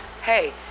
hey